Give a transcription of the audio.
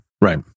Right